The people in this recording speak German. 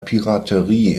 piraterie